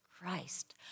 Christ